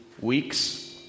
weeks